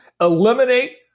Eliminate